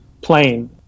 plane